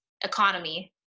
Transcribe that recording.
economy